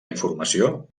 informació